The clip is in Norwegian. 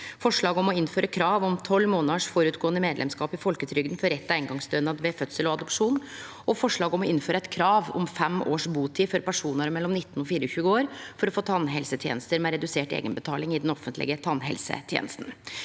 forslag om å innføre krav om 12 månader føregåande medlemskap i folketrygda for rett til eingongsstønad ved fødsel og adopsjon, og forslag om å innføre eit krav om butid på fem år for personar mellom 19 og 24 år for å få tannhelsetenester med redusert eigenbetaling i den offentlege tannhelsetenesta.